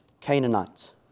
Canaanites